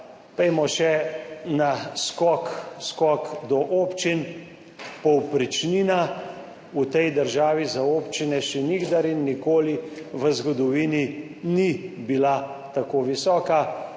Pojdimo še na skok, skok do občin. Povprečnina v tej državi za občine še nikdar in nikoli v zgodovini ni bila tako visoka.